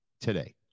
today